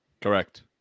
Correct